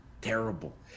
Terrible